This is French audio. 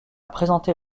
représenté